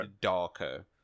darker